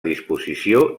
disposició